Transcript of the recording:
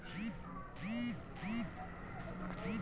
Coccidiosis के लक्षण का ह?